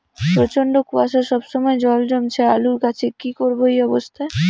প্রচন্ড কুয়াশা সবসময় জল জমছে আলুর গাছে কি করব এই অবস্থায়?